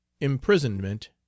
imprisonment